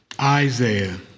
Isaiah